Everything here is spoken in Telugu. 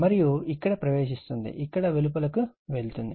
మరియు ఇక్కడ ప్రవేశిస్తోంది ఇక్కడ వెలుపలకు వెళ్ళుతుంది